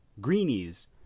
Greenies